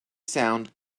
sound